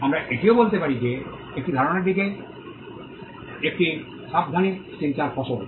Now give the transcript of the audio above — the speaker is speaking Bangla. আমরা এটিও বলতে পারি যে একটি ধারণাটি একটি সাবধানী চিন্তার ফসল